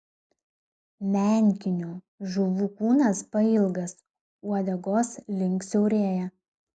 menkinių žuvų kūnas pailgas uodegos link siaurėja